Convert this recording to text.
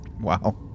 Wow